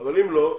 אבל אם לא,